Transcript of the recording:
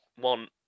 want